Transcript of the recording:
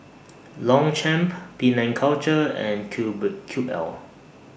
Longchamp Penang Culture and Cube Cube L